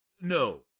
no